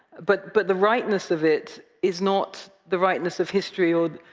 but but the rightness of it is not the rightness of history or,